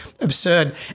absurd